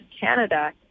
Canada